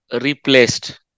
replaced